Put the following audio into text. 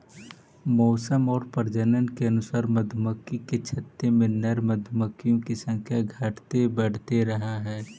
मौसम और प्रजनन के अनुसार मधुमक्खी के छत्ते में नर मधुमक्खियों की संख्या घटते बढ़ते रहअ हई